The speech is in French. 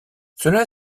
cela